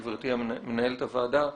גברתי מנהלת הוועדה,